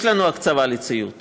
יש לנו הקצבה לציוד,